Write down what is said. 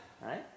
Right